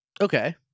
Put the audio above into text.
Okay